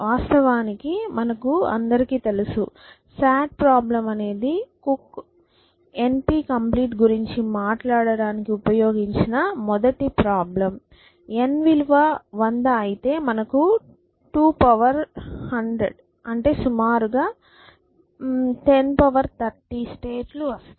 వాస్తవానికి మనకు అందరికి తెలుసు SAT ప్రాబ్లెమ్ అనేది కుక్ NP కంప్లీట్ గురించి మాట్లాడటానికి ఉపయోగించిన మొదటి ప్రాబ్లెమ్ n విలువ 100 అయితే మనకు 2100 అంటే సుమారుగా 1030 స్టేట్ లు వస్తాయి